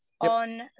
on